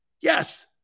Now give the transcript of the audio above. yes